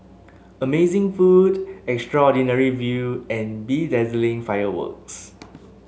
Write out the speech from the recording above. amazing food extraordinary view and bedazzling fireworks